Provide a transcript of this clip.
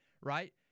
right